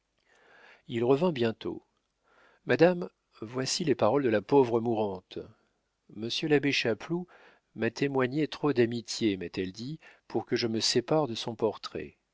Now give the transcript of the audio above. il revint bientôt madame voici les paroles de la pauvre mourante monsieur l'abbé chapeloud m'a témoigné trop d'amitié m'a-t-elle dit pour que je me sépare de son portrait